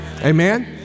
Amen